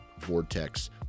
vortex